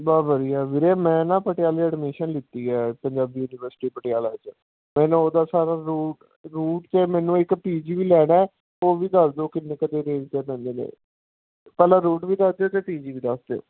ਵਾ ਵਧੀਆ ਵੀਰੇ ਮੈਂ ਨਾ ਪਟਿਆਲੇ ਐਡਮਿਸ਼ਨ ਲਿੱਤੀ ਆ ਪੰਜਾਬੀ ਯੂਨੀਵਰਿਸਟੀ ਪਟਿਆਲਾ ਵਿੱਚ ਮੈਂ ਨਾ ਉਹਦਾ ਸਾਰਾ ਰੂਟ ਰੂਟ ਅਤੇ ਮੈਨੂੰ ਇੱਕ ਪੀ ਜੀ ਵੀ ਲੈਣਾ ਉਹ ਵੀ ਦੱਸ ਦਿਓ ਕਿੰਨੇ ਕੁ ਦੀ ਰੇਂਜ ਦਾ ਦਿੰਦੇ ਨੇ ਪਹਿਲਾਂ ਰੂਟ ਵੀ ਦੱਸ ਦਿਓ ਅਤੇ ਪੀ ਜੀ ਵੀ ਦੱਸ ਦਿਓ